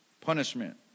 punishment